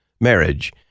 marriage